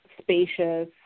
spacious